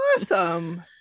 awesome